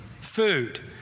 food